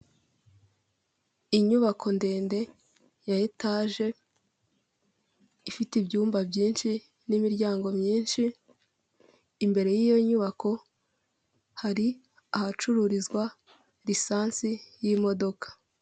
Inyubako ndende ya etaje ifite ibyumba byinshi n'imiryango myinshi, imbere yiyo nyubako hari ahacururizwa lisansi y'imodoka.